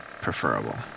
preferable